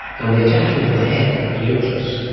and the attachment of the head, the nucleus,